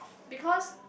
because